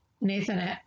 Nathan